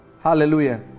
Hallelujah